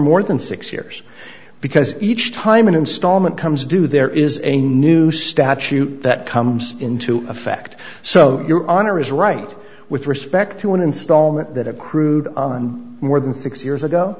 more than six years because each time an installment comes due there is a new statute that comes into effect so your honor is right with respect to an installment that accrued on more than six years ago